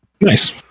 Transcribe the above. Nice